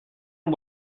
and